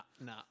nah